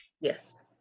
Yes